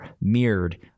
Mirrored